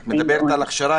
את מדברת על הכשרה,